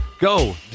Go